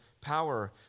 power